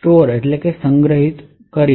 સંગ્રહિત હોત